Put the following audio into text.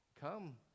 Come